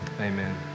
Amen